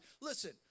Listen